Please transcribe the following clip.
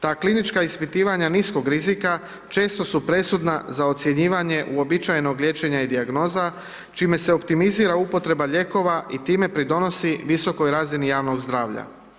Ta klinička ispitivanja niskog rizika često su presudna za ocjenjivanje uobičajenog liječenja i dijagnoza, čime se optimizira upotreba lijekova i time pridonosi visokoj razini javnog zdravlja.